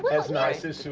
but as nice as so